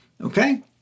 okay